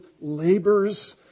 labors